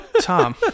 Tom